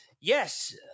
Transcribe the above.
yes